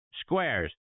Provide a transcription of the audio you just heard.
Squares